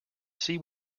see